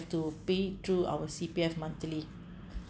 to pay through our C_P_F monthly